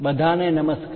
બધા ને નમસ્કાર